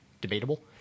debatable